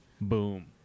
Boom